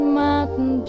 mountain